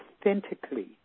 authentically